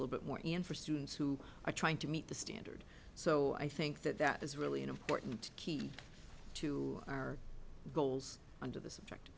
ble bit more and for students who are trying to meet the standard so i think that that is really an important key to our goals under the subject